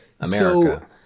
America